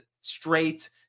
straight